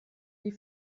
die